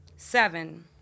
Seven